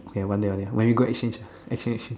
okay one day one day when you go exchange exchange